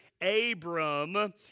Abram